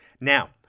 Now